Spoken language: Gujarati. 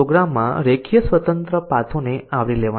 એટોમિક કન્ડિશન માટે ખોટું છે